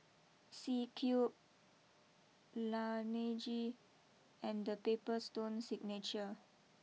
C Cube Laneige and the Paper Stone Signature